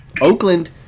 Oakland